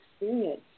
experience